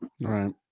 Right